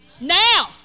Now